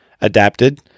adapted